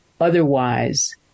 Otherwise